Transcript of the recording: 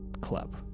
Club